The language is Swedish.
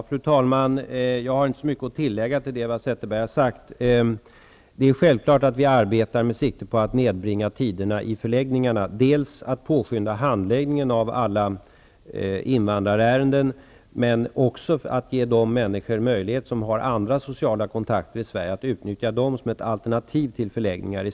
Fru talman! Jag har inte särskilt mycket att tillägga, Eva Zetterberg. Det är självklart att vi arbetar med siktet inställt på att nedbringa tiderna på förläggningarna. Det gäller dels att påskynda handläggningen av alla invandrarärenden, dels att ge de människor som har andra sociala kontakter i Sverige möjlighet att i större utsträckning utnyttja dessa som ett alternativ till förläggningar.